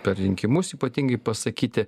per rinkimus ypatingai pasakyti